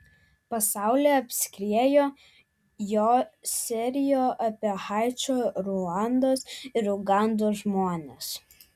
pasaulį apskriejo jo serijos apie haičio ruandos ir ugandos žmones